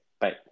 Bye